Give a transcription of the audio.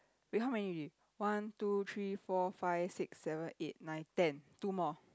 wait how many already one two three four five six seven eight nine ten two more